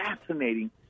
fascinating